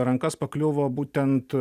rankas pakliuvo būtent